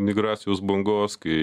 migracijos bangos kai